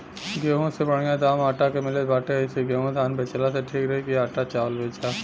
गेंहू से बढ़िया दाम आटा के मिलत बाटे एही से गेंहू धान बेचला से ठीक रही की आटा चावल बेचा